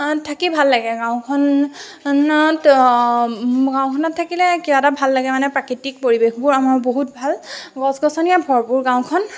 থাকি ভাল লাগে গাওঁখনত গাঁওখনত থাকিলে কিবা এটা ভাল লাগে মানে প্ৰাকৃতিক পৰিৱেশবোৰ আমাৰ বহুত ভাল গছ গছনিৰে ভৰপূৰ গাওঁখন